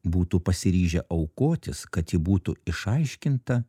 būtų pasiryžę aukotis kad ji būtų išaiškinta